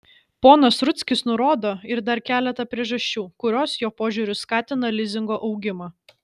ponas rudzkis nurodo ir dar keletą priežasčių kurios jo požiūriu skatina lizingo augimą